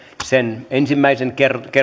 sen ensimmäisen